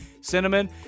cinnamon